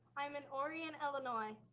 i'm in oriel and illinois.